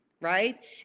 right